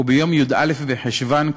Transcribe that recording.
הוא יום י"א בחשוון,